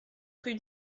rue